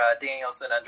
Danielson